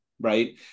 right